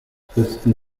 christen